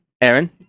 Aaron